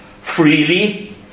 freely